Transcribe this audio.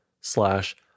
slash